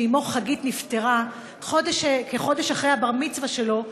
שאימו חגית נפטרה כחודש אחר בר-המצווה שלו,